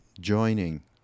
joining